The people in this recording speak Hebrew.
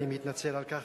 אני מתנצל על כך,